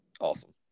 Awesome